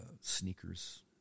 sneakers